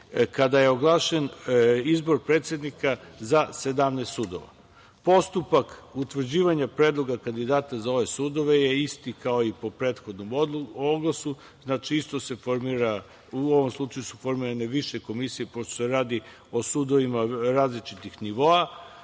kada je oglašen izbor predsednika za 17 sudova. Postupak utvrđivanja predloga kandidata za ove sudove je isti kao i po prethodnom oglasu, isto se formira, u ovom slučaju se formirane više komisije pošto se radi o sudovima različitih nivoa. Isto